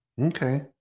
Okay